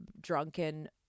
drunken